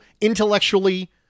intellectually